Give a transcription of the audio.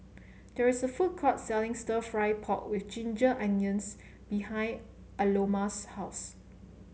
there is a food court selling stir fry pork with Ginger Onions behind Aloma's house